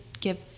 give